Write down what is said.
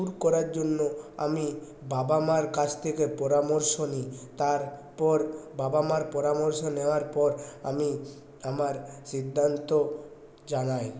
দূর করার জন্য আমি বাবা মার কাছ থেকে পরামর্শ নি তারপর বাবা মার পরামর্শ নেওয়ার পর আমি আমার সিদ্ধান্ত জানাই